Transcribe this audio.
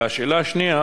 2. השאלה השנייה,